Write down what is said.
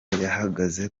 yahagaze